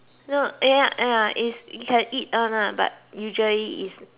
no ya ya is you can eat one ah but usually is